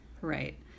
right